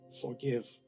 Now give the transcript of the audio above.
forgive